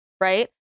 right